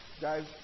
Guys